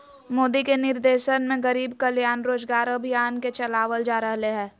मोदी के निर्देशन में गरीब कल्याण रोजगार अभियान के चलावल जा रहले है